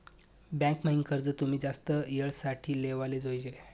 bank म्हाईन कर्ज तुमी जास्त येळ साठे लेवाले जोयजे